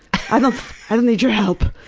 i don't i don't need your help.